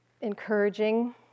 encouraging